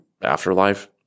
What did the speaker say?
afterlife